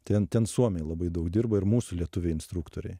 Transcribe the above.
ten ten suomiai labai daug dirbo ir mūsų lietuviai instruktoriai